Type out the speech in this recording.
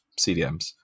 CDMs